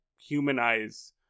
humanize